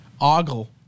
ogle